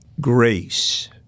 grace